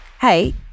Hey